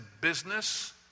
business